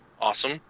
Awesome